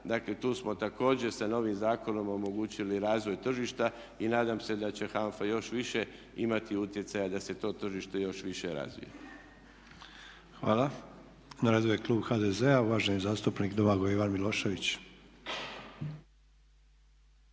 Dakle, tu smo također sa novim zakonom omogućili razvoj tržišta i nadam se da će HANFA još više imati utjecaja da se to tržište još više razvije. **Sanader, Ante (HDZ)** Hvala. Na redu je klub HDZ-a, uvaženi zastupnik Domagoj Ivan Milošević.